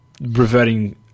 reverting